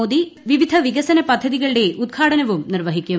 മോദി വിവിധ വികസന പദ്ധതികളുടെ ഉദ്ഘാടനവും നിർവ്വഹിക്കും